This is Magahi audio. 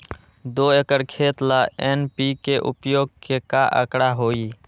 दो एकर खेत ला एन.पी.के उपयोग के का आंकड़ा होई?